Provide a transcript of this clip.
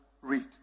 read